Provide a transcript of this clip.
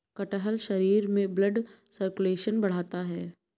कटहल शरीर में ब्लड सर्कुलेशन बढ़ाता है